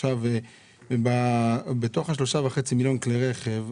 עכשיו בתוך השלושה וחצי מיליון כלי הרכב,